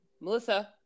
Melissa